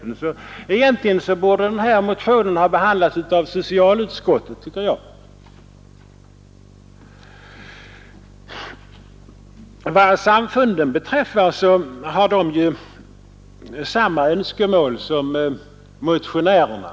Den här motionen borde därför egentligen ha behandlats av Vad samfunden beträffar har de ju samma önskemål som motionärerna.